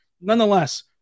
nonetheless